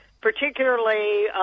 particularly